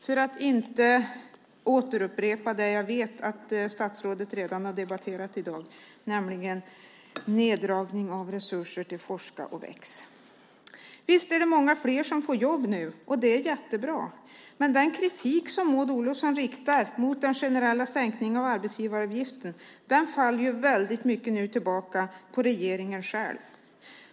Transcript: Jag ska inte upprepa det jag vet att statsrådet redan har debatterat i dag, nämligen neddragning av resurser till Forska och väx. Visst är det många fler som får jobb nu, och det är jättebra. Men den kritik som Maud Olofsson riktar mot den generella sänkningen av arbetsgivaravgiften faller nu väldigt mycket tillbaka på regeringen själv.